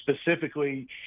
specifically